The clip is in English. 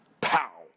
Pow